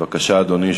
בבקשה, אדוני.